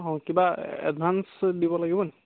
অঁ কিবা এডভাান্স দিব লাগিবনি